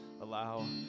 allow